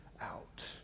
out